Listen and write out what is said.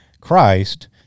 Christ